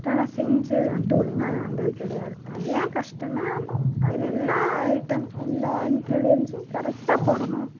but ஆனால் செஞ்சது வந்துட்டு ஒழுங்காகவே வந்தது கிடையாது அது ஏன் கஷ்டம்னா அதில் எல்லா ஐட்டம் எல்லா இன்க்ரிடியண்ட்ஸும் கரெக்டாக போடணும்